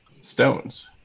stones